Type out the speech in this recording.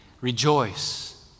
rejoice